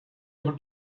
able